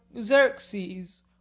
xerxes